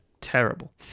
terrible